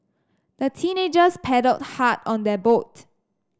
the teenagers paddled hard on their boat